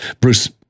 Bruce